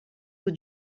eaux